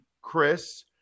Chris